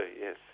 yes